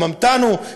ורוממתנו"?